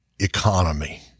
economy